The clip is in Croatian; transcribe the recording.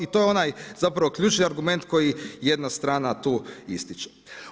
I to je onaj ključni argument koji jedna strana tu ističe.